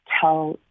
tell